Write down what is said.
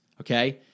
okay